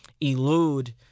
elude